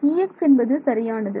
Ex என்பது சரியானது